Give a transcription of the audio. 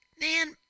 man